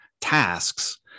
tasks